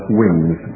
wins